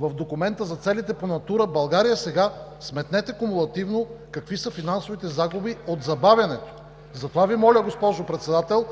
в документа за целите по „Натура България“, сега сметнете кумулативно какви са финансовите загуби от забавянето? Затова Ви моля, госпожо Председател,